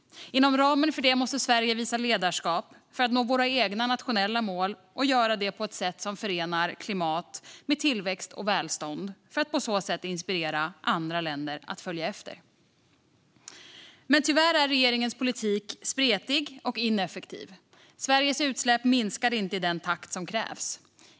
Inom ramen för det måste vi i Sverige visa ledarskap för att nå våra egna nationella mål och göra det på ett sätt som förenar klimat med tillväxt och välstånd, för att på så sätt inspirera andra länder att följa efter. Tyvärr är regeringens politik spretig och ineffektiv. Sveriges utsläpp minskar inte i den takt som krävs.